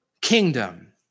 kingdom